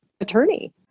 attorney